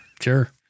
Sure